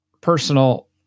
Personal